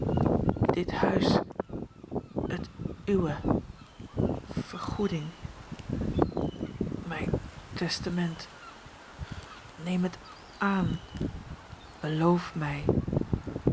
dit huis het uwe vergoeding mijn testament neem het aan beloof mij